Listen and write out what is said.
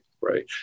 right